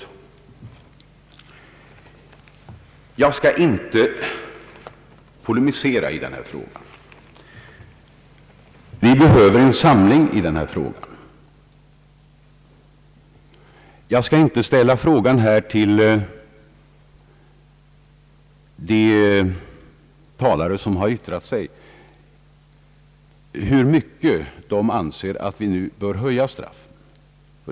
Jag skall inte polemisera i den här frågan. Vi behöver en samling kring detta spörsmål. Jag skall därför inte ställa frågan till de talare som har yttrat sig, hur mycket de anser att vi nu bör höja straffen.